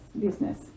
business